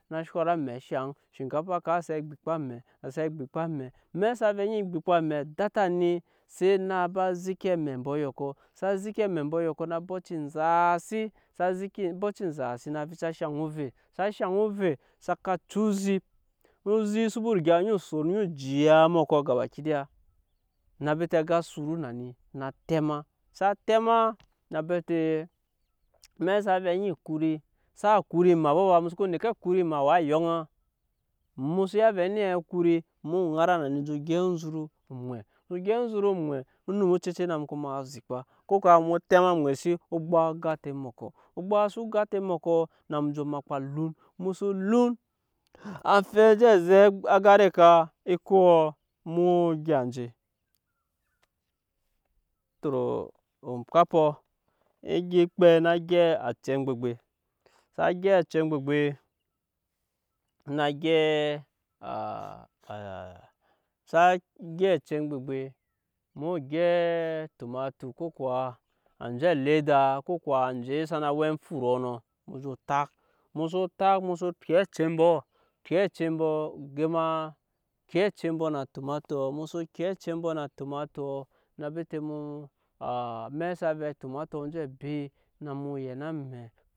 Á shɔt amɛ shaŋ, shinkafaa ka zɛ gbikpa amɛ a zɛ gbikpa amɛ amɛk sa vɛ eni gbikpa amɛ data ni se na ba zeki amɛ mbɔ eyɔkɔ sa zeki amɛ mbɔ eyɔkɔ na bɔtci enzaasi sa zeki bɔtci enzasi na vica shaŋ ovet sa shaŋ ovet saka cu uzip u zip saka riga son eni jiya embɔkɔ gaba ki daya na bete á ga suru na ni á tɛma sa tɛma na bete amɛk sa vɛɛ eni kuri xsa kuri maa ba fa mu soko nɛki a kuri maa waa yoŋa mu so ya vɛɛ eni a kuri mu ŋara na ni je gyɛp onzuru mwɛ emu gyɛp onzuru mwɛ onum ocece mu ko maa zikpa ko kuwa mu tɛma mwɛsi ogbak ogante embɔkɔ ogbak soko gante mbɔkɔ na mu je. makpa lun mu soko lun amfɛɛ enje zek á gan ed'ekaa ekoɔ emu woo gya nje tɔ ompwapkɔ egya kpɛi naa gyɛp acei gbegbe sa gyɛp acei gbegbe na gyɛp mu woo gyɛp tomato ko kuwa anje á leda ko kuwa anje sana we amfuru nɔ mje tak mu so tak mu so pwɛ acei ambɔ pwɛ acei gema pwɛ acei mbɔ na tomatoɔ pwɛ acei mbɔ na tomato na bete mu amɛk sa vɛɛ tomato anje be na mu yɛn amɛ.